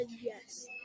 yes